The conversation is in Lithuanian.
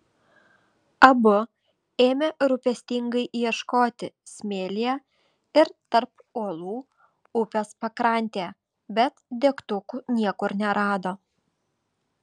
abu ėmė rūpestingai ieškoti smėlyje ir tarp uolų upės pakrantėje bet degtukų niekur nerado